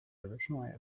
originally